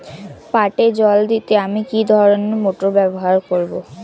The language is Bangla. পাটে জল দিতে আমি কি ধরনের মোটর ব্যবহার করব?